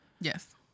Yes